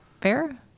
fair